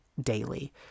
daily